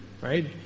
right